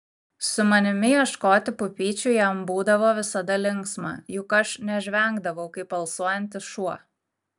su manimi ieškoti pupyčių jam būdavo visada linksma juk aš nežvengdavau kaip alsuojantis šuo